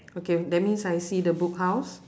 okay that means I see the book house